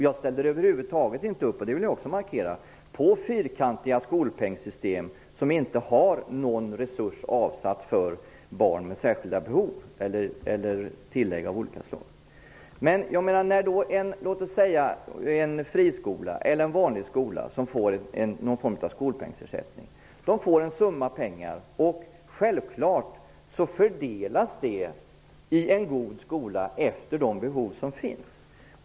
Jag ställer över huvud taget inte upp på fyrkantiga skolpengssystem som inte har någon resurs avsatt för exempelvis barn med särskilda behov, det vill jag markera. När en friskola, eller en vanlig skola, får någon form av skolpengsersättning innebär det en viss summa pengar. Självklart fördelas den summan i en god skola efter de behov som finns.